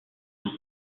joue